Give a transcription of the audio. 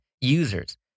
users